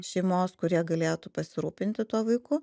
šeimos kurie galėtų pasirūpinti tuo vaiku